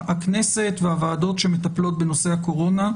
הכנסת והוועדות שמטפלות בנושא הקורונה,